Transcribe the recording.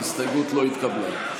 ההסתייגות לא התקבלה.